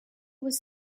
was